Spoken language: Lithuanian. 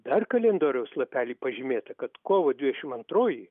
dar kalendoriaus lapely pažymėta kad kovo dvidešimt antroji